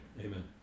Amen